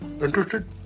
Interested